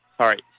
Sorry